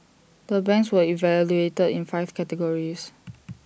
the banks were evaluated in five categories